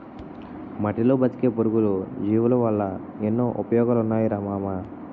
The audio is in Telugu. మట్టిలో బతికే పురుగులు, జీవులవల్ల ఎన్నో ఉపయోగాలున్నాయిరా మామా